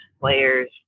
players